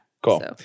Cool